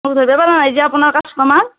মোক ধৰবা পাৰা নাই মই যে আপোনাৰ কাষ্টমাৰ